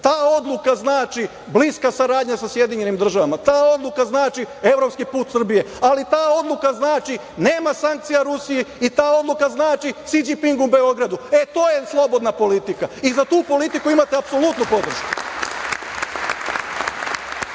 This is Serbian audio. ta odluka znači bliska saradnja sa SAD, ta odluka znači evropski put Srbije, ali ta odluka znači nema sankcija Rusiji i ta odluka znači Si Đinping u Beogradu. To je slobodna politika i za tu politiku imate apsolutnu podršku. Na